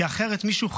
כי אחרת מישהו,